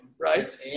Right